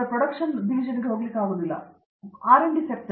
professor Pratap Haridas R D sector